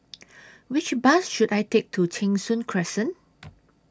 Which Bus should I Take to Cheng Soon Crescent